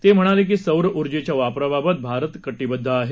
ते म्हणाले की सौर ऊर्जेच्या वापराबाबत भारतका विद्व आहे